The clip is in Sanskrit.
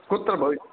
कुत्र भविष्यति